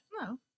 No